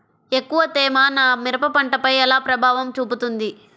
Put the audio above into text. ఎక్కువ తేమ నా మిరప పంటపై ఎలా ప్రభావం చూపుతుంది?